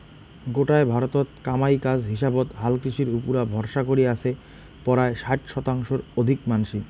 গোটায় ভারতত কামাই কাজ হিসাবত হালকৃষির উপুরা ভরসা করি আছে পরায় ষাট শতাংশর অধিক মানষি